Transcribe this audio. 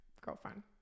girlfriend